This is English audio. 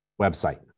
website